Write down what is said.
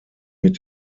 mit